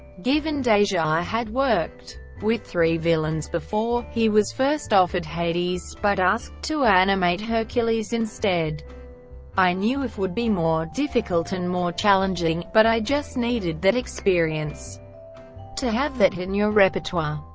given deja had worked with three villains before, he was first offered hades, but asked to animate hercules instead i knew if would be more difficult and more challenging, but i just needed that experience to have that in your repertoire.